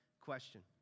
question